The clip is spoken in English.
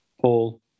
Paul